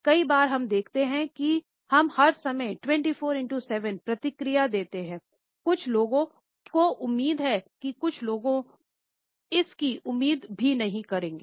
कई बार हम देखते है कि हम हर समय 24 7 प्रतिक्रिया देते हैं कुछ लोगों को उम्मीद है कि कुछ लोगों इस कि उम्मीद कभी नहीं केरेंगये